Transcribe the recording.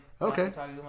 Okay